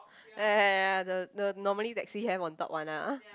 ya ya ya ya the the normally taxi have on top one ah